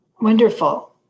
Wonderful